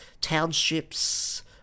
townships